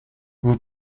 vous